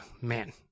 man